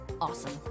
awesome